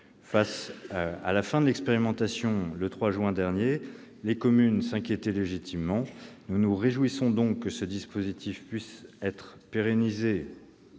Face à la fin de l'expérimentation, le 3 juin dernier, les communes éprouvaient une inquiétude légitime. Nous nous réjouissons donc que ce dispositif puisse être pérennisé